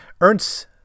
ernst